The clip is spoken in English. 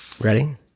ready